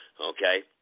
Okay